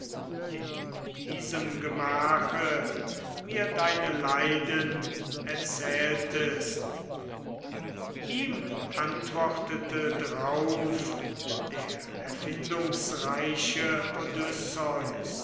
in diesem gemache mir deine leiden erzähltest ihm antwortete drauf der erfindungsreiche